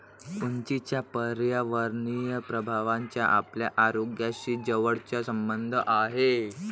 उंचीच्या पर्यावरणीय प्रभावाचा आपल्या आरोग्याशी जवळचा संबंध आहे